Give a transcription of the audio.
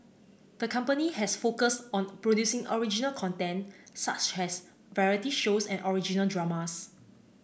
the company has focused on producing original content such as variety shows and original dramas